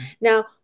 Now